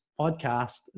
podcast